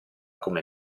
come